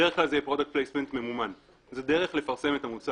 בדרך כלל זה יהיה ממומן, זה דרך לפרסם את המוצר.